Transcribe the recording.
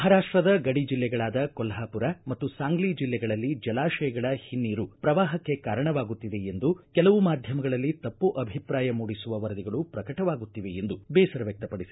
ಮಹಾರಾಷ್ಟದ ಗಡಿ ಜಿಲ್ಲೆಗಳಾದ ಕೊಲ್ವಾಪುರ ಮತ್ತು ಸಾಂಗ್ಲಿ ಜಿಲ್ಲೆಗಳಲ್ಲಿ ಜಲಾಶಯಗಳ ಹಿನ್ನೀರು ಪ್ರವಾಹಕ್ಕೆ ಕಾರಣವಾಗುತ್ತಿದೆ ಎಂದು ಕೆಲವು ಮಾಧ್ಯಮಗಳಲ್ಲಿ ತಪ್ಪು ಅಭಿಪ್ರಾಯ ಮೂಡಿಸುವ ವರದಿಗಳು ಪ್ರಕಟವಾಗುತ್ತಿವೆ ಎಂದು ಬೇಸರ ವ್ಯಕ್ತಪಡಿಸಿದರು